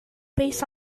based